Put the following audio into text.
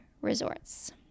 Resorts